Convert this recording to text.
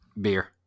beer